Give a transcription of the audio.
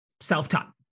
self-taught